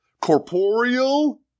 corporeal